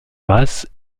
races